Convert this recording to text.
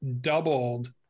doubled